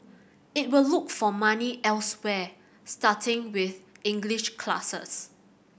it will look for money elsewhere starting with English classes